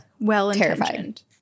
Well-intentioned